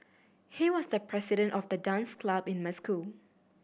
he was the president of the dance club in my school